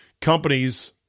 Companies